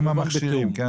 אתם המכשירים, כן?